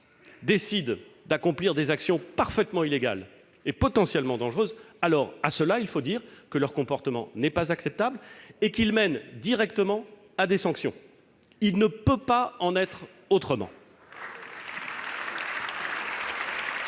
décident d'accomplir des actions parfaitement illégales et potentiellement dangereuses, il faut dire que leur comportement n'est pas acceptable et qu'il mène directement à des sanctions. Il ne peut pas en être autrement